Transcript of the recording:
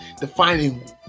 defining